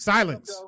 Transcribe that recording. Silence